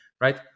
right